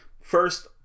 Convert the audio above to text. first